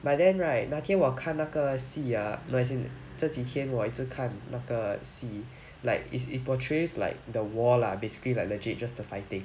but then right 那天我看那个戏 ah no as in 这几天我一直看那个戏 like is it portrays like the war lah basically like legit just the fighting